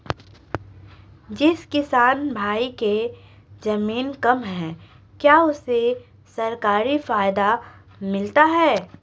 जिस किसान भाई के ज़मीन कम है क्या उसे सरकारी फायदा मिलता है?